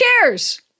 cares